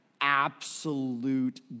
absolute